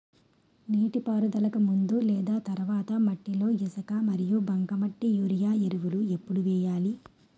నీటిపారుదలకి ముందు లేదా తర్వాత మట్టిలో ఇసుక మరియు బంకమట్టి యూరియా ఎరువులు ఎప్పుడు వేయాలి?